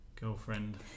girlfriend